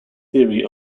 theory